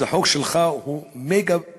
אז החוק שלך הוא מגה-פיגוע,